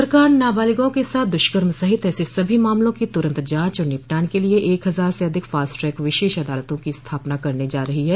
सरकार नाबालिगों के साथ दुष्कर्म सहित ऐसे सभी मामलों की तुरन्त जांच और निपटान के लिए एक हजार से अधिक फास्ट ट्रैक विशेष अदालतों की स्थापना करने जा रही है